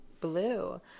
Blue